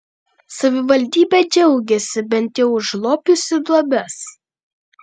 savivaldybė džiaugiasi bent jau užlopiusi duobes